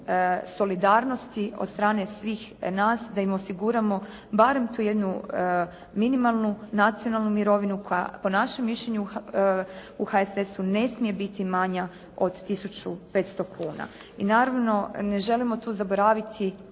solidarnosti od strane svih nas da im osiguramo barem tu jednu minimalnu nacionalnu mirovinu koja po našem mišljenju u HSS-u ne smije biti manja od 1.500,00 kuna. I naravno ne želimo tu zaboraviti